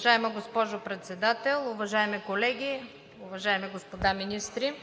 Уважаема госпожо Председател, уважаеми колеги, уважаеми господа министри!